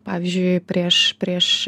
pavyzdžiui prieš prieš